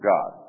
God